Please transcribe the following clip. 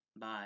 Bye